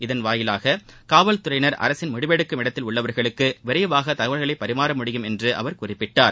இதன் மூலம் காவல்துறையினர் அரசின் முடிவெடுக்கும் இடத்தில் உள்ளவர்களுக்கு விரைவாக தகவல்களை பரிமாற முடியும் என்று அவர் குறிப்பிட்டார்